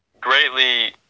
greatly